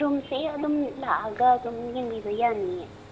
ꯁꯣꯝꯁꯦ ꯑꯗꯨꯝ ꯂꯥꯛꯑꯒ ꯑꯗꯨꯝ ꯌꯦꯡꯕꯤꯕ ꯌꯥꯅꯤꯌꯦ